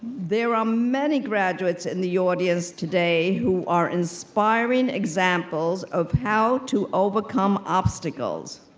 there are many graduates in the audience today who are inspiring examples of how to overcome obstacles.